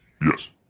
Yes